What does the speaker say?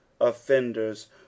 offenders